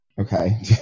Okay